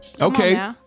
okay